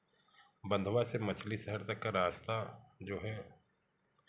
बंधवा से मछली शहर तक का रास्ता जो है